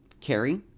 Carrie